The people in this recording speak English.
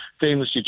famous